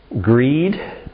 Greed